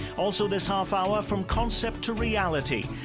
also this half hour, from concept to reality,